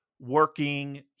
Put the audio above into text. working